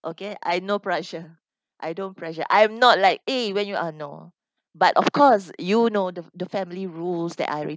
okay I no pressure I don't pressure I'm not like eh when you ah no but of course you know the the family rules that I